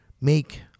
make